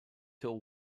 till